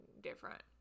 different